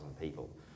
people